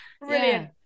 Brilliant